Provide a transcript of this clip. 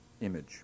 image